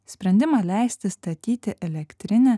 sprendimą leisti statyti elektrinę